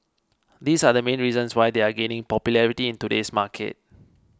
these are the main reasons why they are gaining popularity in today's market